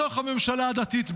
בתוך הממשלה הדתית,